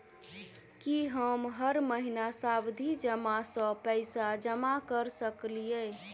की हम हर महीना सावधि जमा सँ पैसा जमा करऽ सकलिये?